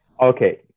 Okay